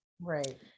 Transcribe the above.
Right